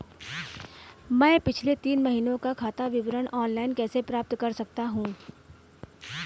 मैं पिछले तीन महीनों का खाता विवरण ऑनलाइन कैसे प्राप्त कर सकता हूं?